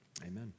Amen